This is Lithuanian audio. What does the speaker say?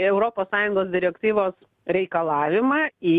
europos sąjungos direktyvos reikalavimą į